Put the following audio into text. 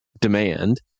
demand